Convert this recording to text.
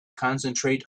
concentrate